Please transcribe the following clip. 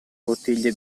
bottiglia